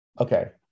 Okay